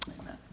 Amen